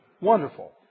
Wonderful